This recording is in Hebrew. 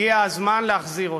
הגיע הזמן להחזיר אותם.